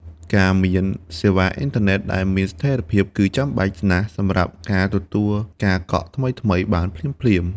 ការមានសេវាអ៊ីនធឺណិតដែលមានស្ថិរភាពគឺចាំបាច់ណាស់សម្រាប់ការទទួលការកក់ថ្មីៗបានភ្លាមៗ។